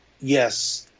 yes